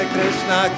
Krishna